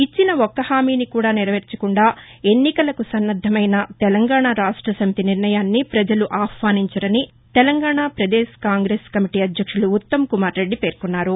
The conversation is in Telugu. ఇచ్చిన ఒక్క హామీని కూడా నెరవేర్చకుండా ఎన్నికలకు సన్నద్ధమైన తెలంగాణ రాష్ట్ర సమితి నిర్ణయాన్ని ప్రజలు ఆహ్వానించరని తెలంగాణ ప్రదేశ్ కాంగ్రెస్ కమిటీ అధ్యక్షులు ఉత్తమ్ కుమార్ రెద్ది పేర్కొన్నారు